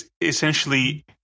essentially